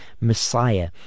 Messiah